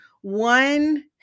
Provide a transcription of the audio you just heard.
one